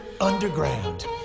underground